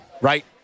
right